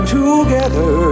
together